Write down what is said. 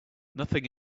nothing